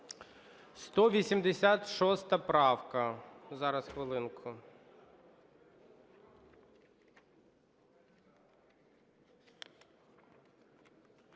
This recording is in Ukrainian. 186 правка.